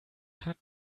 hat